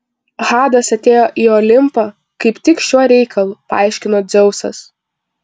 hadas atėjo į olimpą kaip tik šiuo reikalu paaiškino dzeusas